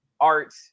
art